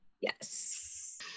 Yes